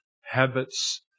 habits